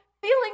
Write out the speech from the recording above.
feeling